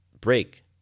break